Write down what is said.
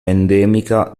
endemica